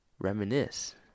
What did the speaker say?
reminisce